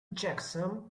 checksum